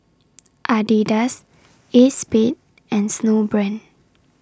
Adidas ACEXSPADE and Snowbrand